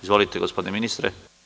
Izvolite gospodine ministre.